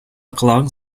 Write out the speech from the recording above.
колагың